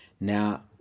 Now